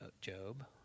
Job